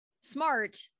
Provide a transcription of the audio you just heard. smart